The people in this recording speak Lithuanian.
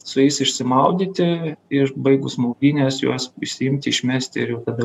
su jais išsimaudyti ir baigus maudynes juos išsiimti išmesti ir jau tada